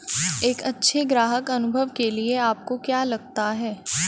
एक अच्छे ग्राहक अनुभव के लिए आपको क्या लगता है?